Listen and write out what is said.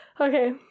Okay